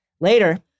Later